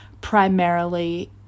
primarily